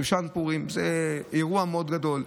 שושן פורים הוא אירוע מאוד גדול.